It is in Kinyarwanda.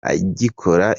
agikora